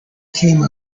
came